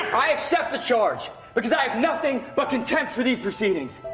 i accept the charge because i have nothing but contempt for these proceedings.